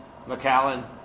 McAllen